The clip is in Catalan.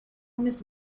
més